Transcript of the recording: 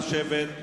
אדוני היושב-ראש,